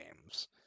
games